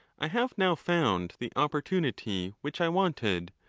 i have now found the opportunity which i wanted,